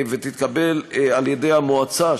ותתקבל על-ידי המועצה,